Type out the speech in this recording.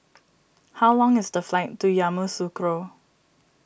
how long is the flight to Yamoussoukro